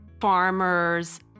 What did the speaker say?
farmers